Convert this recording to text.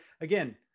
again